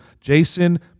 Jason